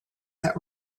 that